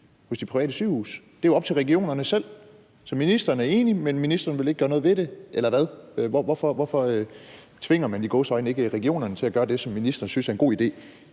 på de private sygehuse? Det er jo op til regionerne. Ministeren er enig, men ministeren vil ikke gøre noget ved det, eller hvad? Hvorfor tvinger man – i gåseøjne – ikke regionerne til at gøre det, som ministeren synes er en god idé?